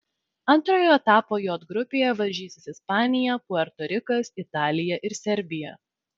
antrojo etapo j grupėje varžysis ispanija puerto rikas italija ir serbija